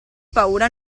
paura